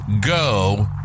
go